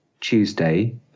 Tuesday